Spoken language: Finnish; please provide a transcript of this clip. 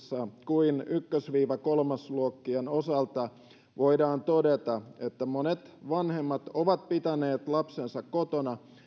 kuin ensimmäisen viiva kolmannen luokkien osalta voidaan todeta että monet vanhemmat ovat pitäneet lapsensa kotona